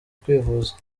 kwivuza